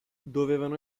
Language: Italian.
dovevano